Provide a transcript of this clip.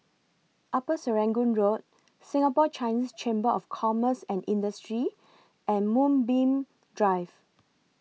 Upper Serangoon Road Singapore Chinese Chamber of Commerce and Industry and Moonbeam Drive